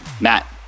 Matt